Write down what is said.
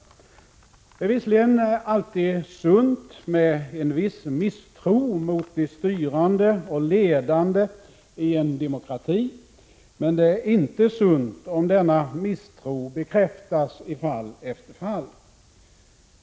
Det är visserligen alltid sunt med en viss misstro mot de styrande och ledande i en demokrati. Men det är inte sunt om denna misstro bekräftas i fall efter fall.